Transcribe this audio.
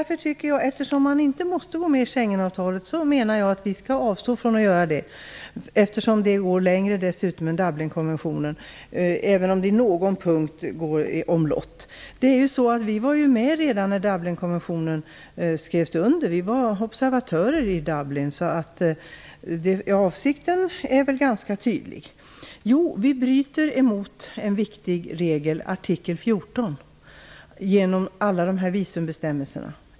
Fru talman! Eftersom man inte måste ansluta sig till Schengenavtalet, menar jag att vi skall avstå från att göra det. Dessutom går det längre än Dublinkonventionen, även om det på någon punkt går omlott. Vi var ju med som observatörer i Dublin redan när Dublinkonventionen skrevs under, och avsikten är väl ganska tydlig. Vi bryter mot en viktig regel, artikel 14, genom alla visumbestämmelserna.